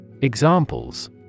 Examples